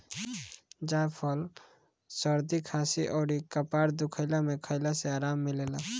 जायफल सरदी खासी अउरी कपार दुखइला में खइला से आराम मिलेला